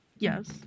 yes